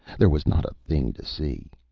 there was not a thing to see.